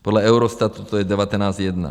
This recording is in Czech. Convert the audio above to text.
Podle Eurostatu to je 19,1.